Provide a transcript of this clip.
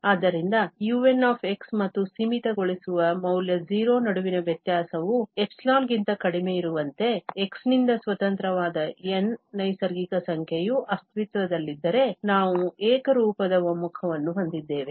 ಆದ್ದರಿಂದ un ಮತ್ತು ಸೀಮಿತಗೊಳಿಸುವ ಮೌಲ್ಯ 0 ನಡುವಿನ ವ್ಯತ್ಯಾಸವು ϵ ಗಿಂತ ಕಡಿಮೆಯಿರುವಂತೆ x ನಿಂದ ಸ್ವತಂತ್ರವಾದ N ನೈಸರ್ಗಿಕ ಸಂಖ್ಯೆಯು ಅಸ್ತಿತ್ವದಲ್ಲಿದ್ದರೆ ನಾವು ಏಕರೂಪದ ಒಮ್ಮುಖವನ್ನು ಹೊಂದಿದ್ದೇವೆ